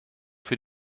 für